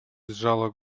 сжала